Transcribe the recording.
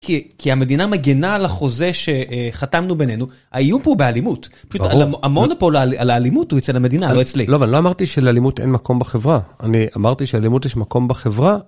כי המדינה מגנה על החוזה שחתמנו בינינו. האיום פה הוא באלימות. פשוט המונופול על האלימות הוא אצל המדינה, לא אצלי. לא, אבל לא אמרתי שלאלימות אין מקום בחברה. אני אמרתי שאלימות יש מקום בחברה.